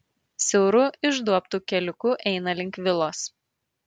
siauru išduobtu keliuku eina link vilos